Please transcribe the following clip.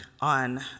on